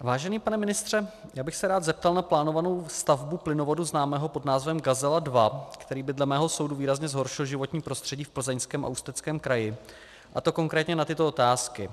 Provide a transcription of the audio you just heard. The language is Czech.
Vážený pane ministře, rád bych se zeptal na plánovanou stavbu plynovodu známého pod názvem Gazela 2, který by dle mého soudu výrazně zhoršil životní prostředí v Plzeňském a Ústeckém kraji, a to konkrétně na tyto otázky.